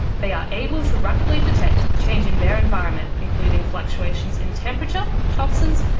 they are able to rapidly detect change in their environment, including fluctuations in temperature, toxins,